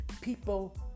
People